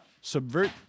subvert